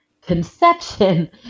conception